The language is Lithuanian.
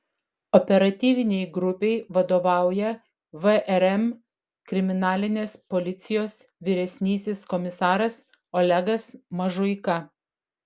operatyvinei grupei vadovauja vrm kriminalinės policijos vyresnysis komisaras olegas mažuika